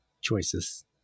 choices